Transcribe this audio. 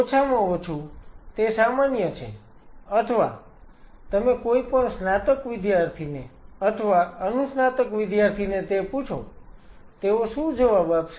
ઓછામાં ઓછું તે સામાન્ય છે અથવા તમે કોઈપણ સ્નાતક વિદ્યાર્થીને અથવા અનુસ્નાતક વિદ્યાર્થીને તે પૂછો તેઓ શું જવાબ આપશે